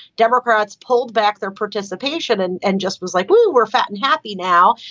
democrats pulled back their participation and and just was like we were fat and happy now.